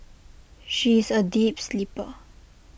she is A deep sleeper